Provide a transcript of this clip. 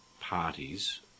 parties